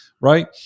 right